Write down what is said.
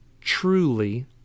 truly